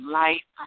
life